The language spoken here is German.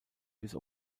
bis